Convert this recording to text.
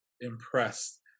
impressed